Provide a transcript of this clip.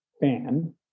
fan